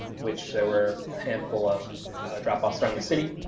which there were a handful of dropbox around the city,